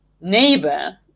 neighbor